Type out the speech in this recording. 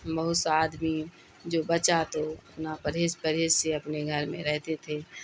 بہت سا آدمی جو بچا تو اپنا پرہیز پرہیز سے اپنے گھر میں رہتے تھے